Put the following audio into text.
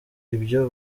ibyo